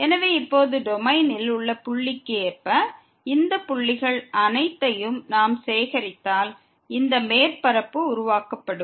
எனவே இப்போது டொமைனில் உள்ள புள்ளிக்கு ஏற்ப இந்த புள்ளிகள் அனைத்தையும் நாம் சேகரித்தால் இந்த மேற்பரப்பு உருவாக்கப்படும்